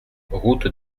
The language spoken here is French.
route